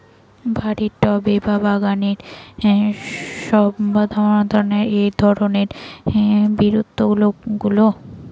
বাড়ির টবে বা বাগানের শোভাবর্ধন করে এই ধরণের বিরুৎগুলো